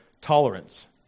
tolerance